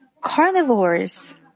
carnivores